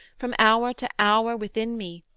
from hour to hour, within me,